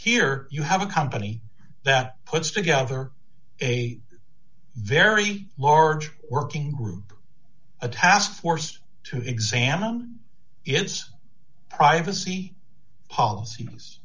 here you have a company that puts together a very large working group a task force to examine its privacy polic